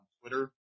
Twitter